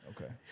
Okay